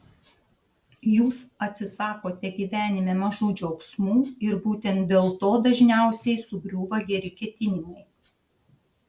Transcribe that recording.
jūs atsisakote gyvenime mažų džiaugsmų ir būtent dėl to dažniausiai sugriūva geri ketinimai